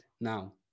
Now